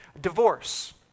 divorce